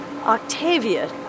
Octavia